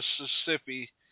Mississippi